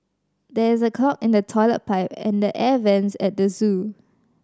there is a clog in the toilet pipe and the air vents at the zoo